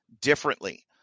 differently